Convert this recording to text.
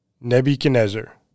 Nebuchadnezzar